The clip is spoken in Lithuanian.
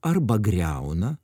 arba griauna